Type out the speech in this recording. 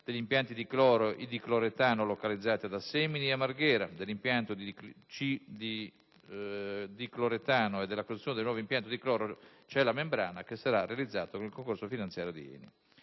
degli impianti di cloro e dicloretano localizzati ad Assemini e a Marghera, dell'impianto di dicloretano e della costruzione del nuovo impianto di cloro celle a membrana che sarà realizzato con il concorso finanziario di ENI.